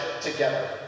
together